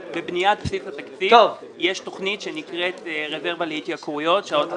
בבניית סעיף התקציב יש תוכנית שנקראת "רזרבה להתייקרויות" שמשרד